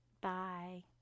Bye